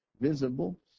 visible